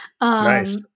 Nice